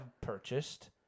purchased